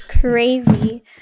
Crazy